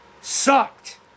sucked